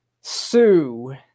sue